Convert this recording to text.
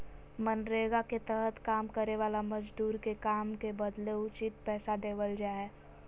मनरेगा के तहत काम करे वाला मजदूर के काम के बदले उचित पैसा देवल जा हय